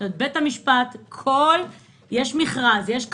יש מכרז, יש קבלן,